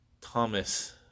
Thomas